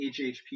HHP